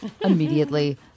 immediately